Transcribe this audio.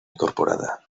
incorporada